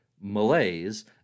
malaise